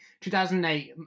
2008